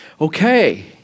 okay